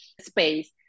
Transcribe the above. space